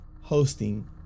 hosting